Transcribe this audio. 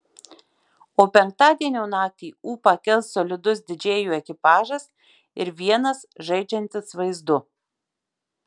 o penktadienio naktį ūpą kels solidus didžėjų ekipažas ir vienas žaidžiantis vaizdu